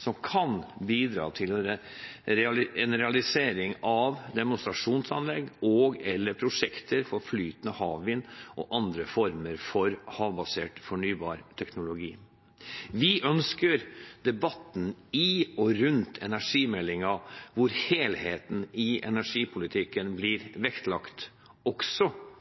som kan bidra til en realisering av demonstrasjonsanlegg og/eller prosjekter for flytende havvind og andre former for havbasert fornybar teknologi. Vi ønsker en debatt i og rundt energimeldingen hvor helheten i energipolitikken blir vektlagt, også